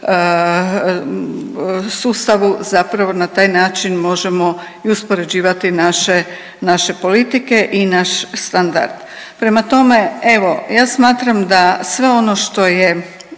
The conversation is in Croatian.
sustavu zapravo na taj način možemo i uspoređivati naše politike i naš standard. Prema tome, evo ja smatram da sve ono što je